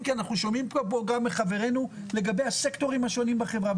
כי אנחנו שומעים גם מחברינו לגבי הסקטורים השונים בחברה.